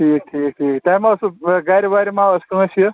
ٹھیٖک ٹھیٖک ٹھیٖک تۄہہِ ما ٲسوٕ گَرِ وَرِ ما ٲسۍ کٲنٛسہِ یہِ